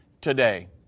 today